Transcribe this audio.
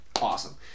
awesome